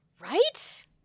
Right